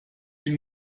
ihm